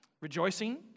rejoicing